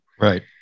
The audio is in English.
Right